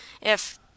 if—